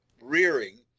rearing